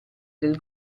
del